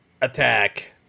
attack